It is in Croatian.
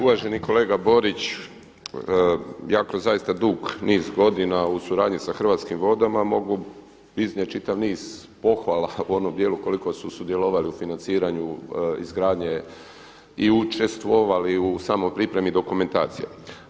Uvaženi kolega Borić, iako zaista dug niz godina u suradnji s Hrvatskim vodama mogu iznijeti čitav niz pohvala u onom dijelu koliko su sudjelovali u financiranju izgradnje i učestvovali u samoj pripremi dokumentacije.